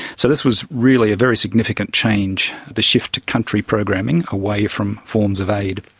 so this was really a very significant change, the shift to country programming, away from forms of aid.